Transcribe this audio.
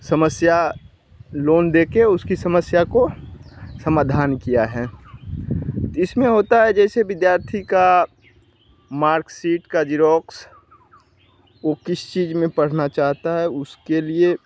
समस्या लोन देके उसकी समस्या को समाधान किया है तो इसमें होता है जैसे विद्यार्थी का मार्कशीट का जेरॉक्स वो किस चीज में पढ़ना चाहता है उसके लिए